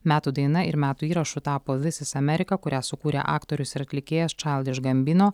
metų daina ir metų įrašu tapo vis is amerika kurią sukūrė aktorius ir atlikėjas čaildiš gambino